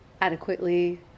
adequately